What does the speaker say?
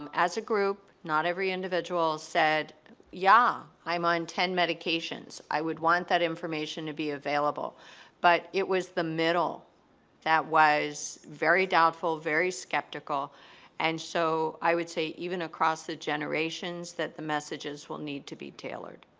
um as a group not every individual said yeah i'm on ten medications i would want that information to be available but it was the middle that was very doubtful very skeptical and so i would say even across the generations that the messages will need to be tailored.